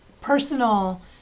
personal